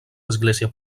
església